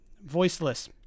voiceless